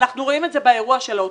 אנחנו רואים את זה באירוע של האוטובוסים.